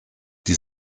die